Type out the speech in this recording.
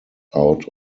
out